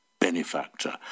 benefactor